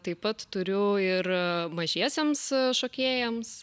taip pat turiu ir mažiesiems šokėjams